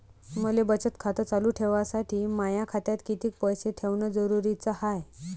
मले बचत खातं चालू ठेवासाठी माया खात्यात कितीक पैसे ठेवण जरुरीच हाय?